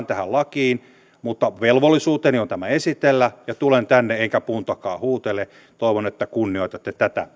tähän lakiin mutta velvollisuuteni on tämä esitellä ja tulen tänne enkä puun takaa huutele toivon että kunnioitatte tätä